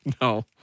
No